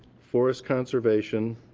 forest conservation,